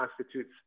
constitutes